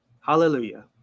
Hallelujah